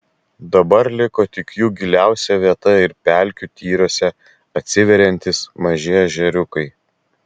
dabar liko tik jų giliausia vieta ir pelkių tyruose atsiveriantys maži ežeriukai